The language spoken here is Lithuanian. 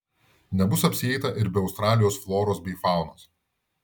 nebus apsieita ir be australijos floros bei faunos